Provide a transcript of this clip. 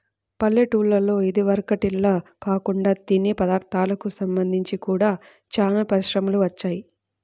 పల్లెటూల్లలో ఇదివరకటిల్లా కాకుండా తినే పదార్ధాలకు సంబంధించి గూడా చానా పరిశ్రమలు వచ్చాయ్